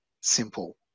simple